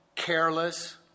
Careless